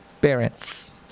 parents